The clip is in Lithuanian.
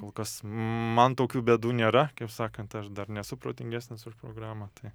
kol kas man tokių bėdų nėra kaip sakant aš dar nesu protingesnis už programą tai